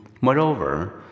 moreover